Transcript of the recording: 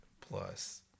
plus